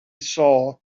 saw